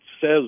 says